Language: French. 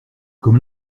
comme